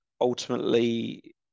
ultimately